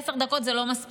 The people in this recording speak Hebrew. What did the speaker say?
עשר דקות זה לא מספיק.